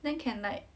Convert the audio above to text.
then can like